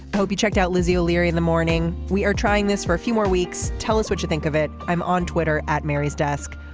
hope you checked out lizzie o'leary in the morning. we are trying this for a few more weeks. tell us what you think of it. it. i'm on twitter at mary's desk.